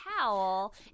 towel